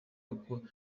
koko